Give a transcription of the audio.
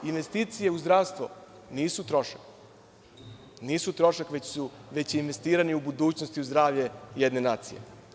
Investicije u zdravstvo nisu trošak, nisu trošak, već je investiranje u budućnost i zdravlje jedne nacije.